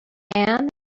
ann